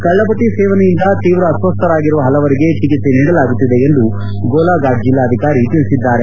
ಕಳ್ಳಬಟ್ಟಿ ಸೇವನೆಯಿಂದ ತೀವ್ರ ಅಸ್ವಸ್ಥರಾಗಿರುವ ಪಲವರಿಗೆ ಚಿಕಿತ್ಸೆ ನೀಡಲಾಗುತ್ತಿದೆ ಎಂದು ಗೋಲಾಘಾಟ್ ಜೆಲ್ಲಾಧಿಕಾರಿ ತಿಳಿಸಿದ್ದಾರೆ